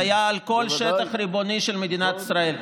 זה היה על כל השטח הריבוני של מדינת ישראל.